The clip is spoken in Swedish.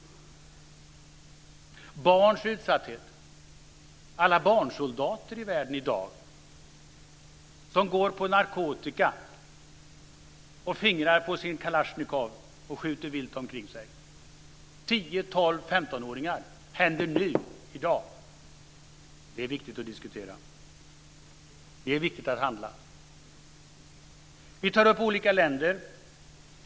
Utskottet skriver om barns utsatthet, om alla barnsoldater i världen i dag. De går på narkotika. De fingrar på sin kalashnikov och skjuter vilt omkring sig. Det är 10-15-åringar. Detta händer nu - i dag. Det är viktigt att diskutera. Det är viktigt att handla. Vi tar upp olika länder.